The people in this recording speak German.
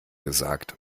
gesagt